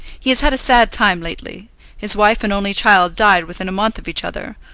he has had a sad time lately his wife and only child died within a month of each other,